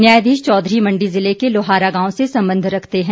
न्यायाधीश चौधरी मंडी जिले को लोहारा गांव से संबंध रखते है